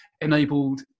enabled